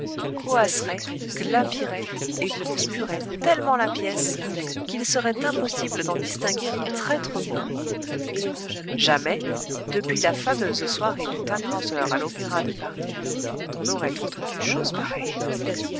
coasserait glapirait et conspuerait tellement la pièce qu'il serait impossible d'en distinguer un traître mot jamais depuis la fameuse soirée du tannhauser à l'opéra de paris on n'aurait entendu chose pareille